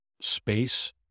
space